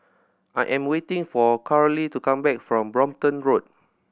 I am waiting for Charly to come back from Brompton Road